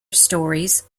stories